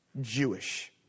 Jewish